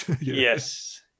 Yes